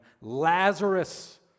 Lazarus